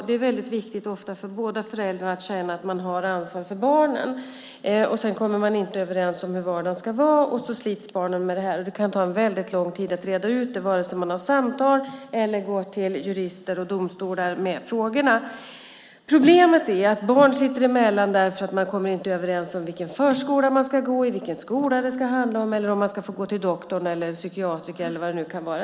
Det är ofta viktigt för båda föräldrarna att känna att man har ansvar för barnen, men man kommer inte överens om hur vardagen ska vara och barnen slits med det. Det kan ta väldigt lång tid att reda ut det vare sig man har samtal eller går till jurister och domstolar med frågorna. Problemet är att barn sitter emellan för att man inte kommer överens om vilken förskola de ska gå i, vilken skola det ska vara, om de ska få gå till doktorn, psykiatern eller vad det kan vara.